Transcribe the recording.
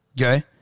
Okay